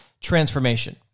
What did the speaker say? transformation